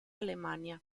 alemania